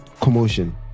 commotion